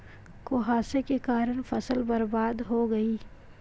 कुहासे के कारण फसल बर्बाद हो गयी